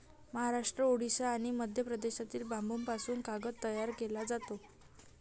महाराष्ट्र, ओडिशा आणि मध्य प्रदेशातील बांबूपासून कागद तयार केला जातो